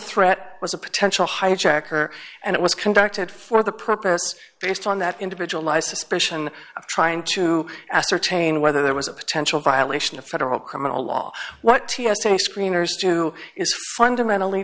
threat was a potential hijacker and it was conducted for the purpose based on that individualized suspicion of trying to ascertain whether there was a potential violation of federal criminal law what t s a screeners to is fundamentally